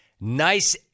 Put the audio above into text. nice